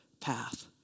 path